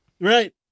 Right